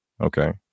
okay